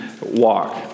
walk